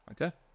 Okay